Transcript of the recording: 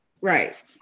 right